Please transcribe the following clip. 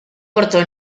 portò